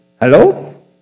hello